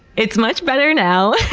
it's much better now,